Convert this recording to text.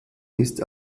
ist